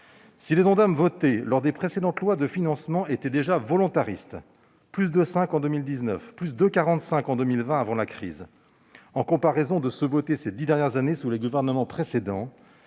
Si les Ondam votés lors des précédentes lois de financement étaient déjà volontaristes- +2,5 % en 2019 et +2,45 % en 2020, avant la crise -en comparaison de ceux qui avaient été votés ces dix dernières années, sous les gouvernements précédents,